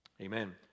Amen